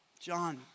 John